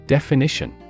Definition